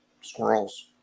squirrels